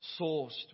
sourced